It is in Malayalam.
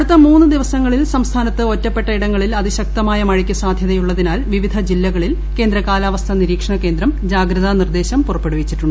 അടുത്ത മൂന്ന് ദിവസങ്ങളിൽ സംസ്ഥാനത്ത് ഒറ്റപ്പെട്ട ഇടങ്ങളിൽ അതിശക്തമായ മഴയ്ക്ക് സാധ്യതയുള്ളതിനാൽ വിവിധ ജില്ലകളിൽ കേന്ദ്ര കാലാവസ്ഥ നിരീക്ഷണ കേന്ദ്രം ജാഗ്രതാ നിർദ്ദേശം പുറപ്പെടുവിച്ചു